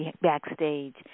backstage